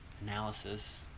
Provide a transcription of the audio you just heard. analysis